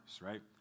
right